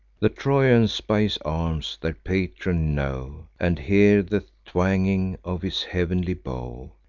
the trojans, by his arms, their patron know, and hear the twanging of his heav'nly bow.